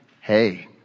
hey